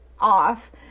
off